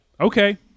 okay